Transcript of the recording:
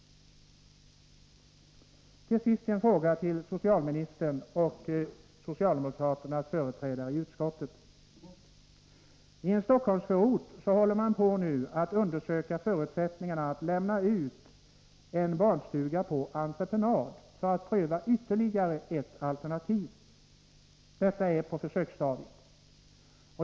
Till sist en fråga till socialministern och socialdemokraternas företrädare i utskottet. I en Stockholmsförort håller man nu på att undersöka förutsättningarna att lämna ut en barnstuga på entreprenad, för att pröva ytterligare ett alternativ. Detta är på försöksstadiet.